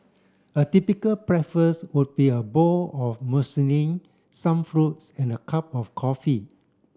a typical breakfast would be a bowl of some fruits and a cup of coffee